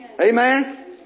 Amen